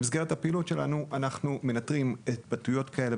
במסגרת הפעילות שלנו אנחנו מנטרים התבטאויות כאלה,